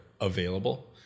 available